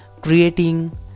creating